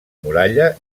muralla